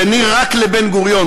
שני רק לבן-גוריון.